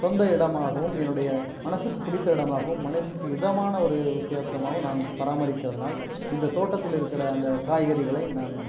சொந்த இடமாகவும் என்னுடைய மனசுக்கு பிடித்த இடமாகவும் மனசுக்கு இதமான ஒரு விசயத்தமாவும் நான் பராமரிக்கிறதுனால் இந்த தோட்டத்தில் இருக்கிற அந்த காய்கறிகளை நான்